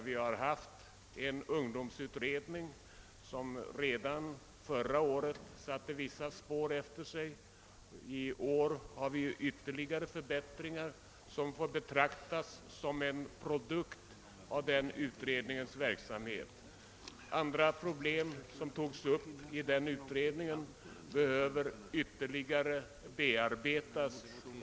Vi har haft en ungdomsutredning som redan förra året satte vissa spår efter sig. I år har vi ytterligare förbättringar som får betraktas som en produkt av den utredningens verksamhet. En del problem som togs upp av den utredningen behöver ytterligare bearbetas.